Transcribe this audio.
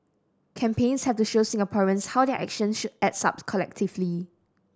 campaigns have to show Singaporeans how their action adds up collectively